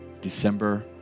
December